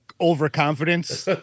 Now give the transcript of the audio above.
overconfidence